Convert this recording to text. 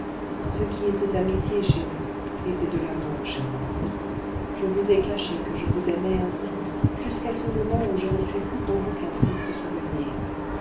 ce qui était amitié chez vous était de l'amour chez moi je vous ai caché que je vous aimais ainsi jusqu'à ce moment où je ne suis plus pour vous qu'un triste souvenir